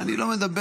אני לא מדבר,